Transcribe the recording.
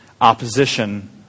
opposition